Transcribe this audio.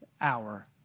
hour